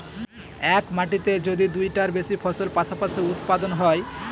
এক মাটিতে যদি দুইটার বেশি ফসল পাশাপাশি উৎপাদন হয়